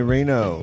Reno